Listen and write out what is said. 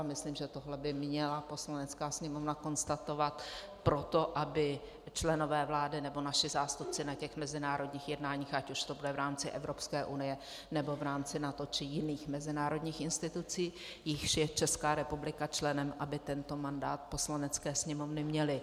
Myslím, že tohle by měla Poslanecká sněmovna konstatovat proto, aby členové vlády nebo naši zástupci na mezinárodních jednáních, ať už to bude v rámci Evropské unie, nebo v rámci NATO či jiných mezinárodních institucí, jejichž je Česká republika členem, tento mandát Poslanecké sněmovny měli.